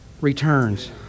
returns